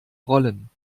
rollen